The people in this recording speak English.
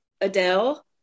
Adele